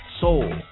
soul